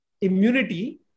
immunity